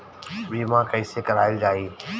बीमा कैसे कराएल जाइ?